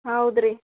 ಹೌದು ರೀ